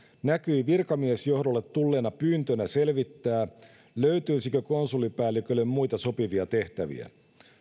näkyi virkamiesjohdolle tulleena pyyntönä selvittää löytyisikö konsulipäällikölle muita sopivia tehtäviä